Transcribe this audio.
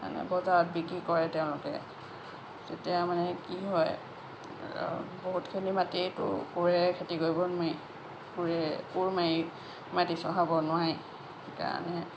মানে বজাৰত বিক্ৰী কৰে তেওঁলোকে তেতিয়া মানে কি হয় বহুতখিনি মাটি কো কোৰেৰে খেতি কৰিব নোৱাৰি কোৰেৰে কোৰ মাৰি মাটি চহাব নোৱাৰি সেইকাৰণে